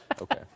Okay